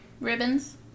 Ribbons